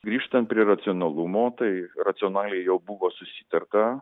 grįžtant prie racionalumo tai racionaliai jau buvo susitarta